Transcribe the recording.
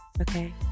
Okay